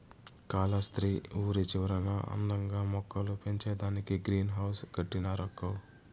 కాలస్త్రి ఊరి చివరన అందంగా మొక్కలు పెంచేదానికే గ్రీన్ హౌస్ కట్టినారక్కో